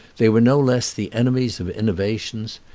they were no less the enemies of innovations.